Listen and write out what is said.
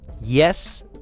Yes